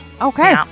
Okay